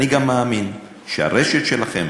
אני גם מאמין שהרשת שלכם